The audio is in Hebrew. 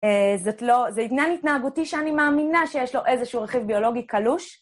זאת לא... זה עניין התנהגותי שאני מאמינה שיש לו איזשהו רכיב ביולוגי קלוש.